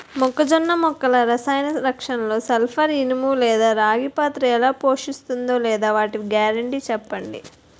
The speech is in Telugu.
మొక్కజొన్న మొక్కల రసాయన రక్షణలో సల్పర్, ఇనుము లేదా రాగి పాత్ర ఎలా పోషిస్తుందో లేదా వాటి గ్యారంటీ చెప్పండి